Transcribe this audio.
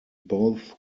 both